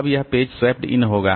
अब यह page swapped in होगा